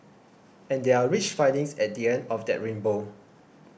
and there are rich findings at the end of that rainbow